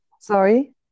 Sorry